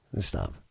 Stop